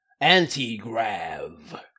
Anti-grav